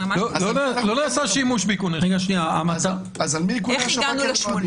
אז על מי איכוני השב"כ?